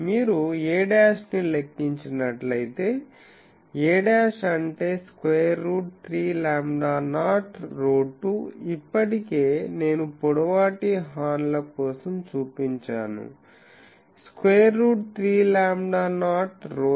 మీరు a నీ లెక్కించినట్లయితే a' అంటే స్క్వేర్ రూట్ 3 లాంబ్డా నాట్ ρ2 ఇప్పటికే నేను పొడవాటి హార్న్ ల కోసం చూపించాను square root 3 lambda naught ρh